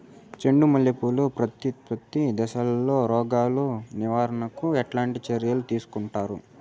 చెండు మల్లె పూలు ప్రత్యుత్పత్తి దశలో రోగాలు నివారణకు ఎట్లాంటి చర్యలు తీసుకుంటారు?